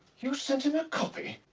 you sent him a copy!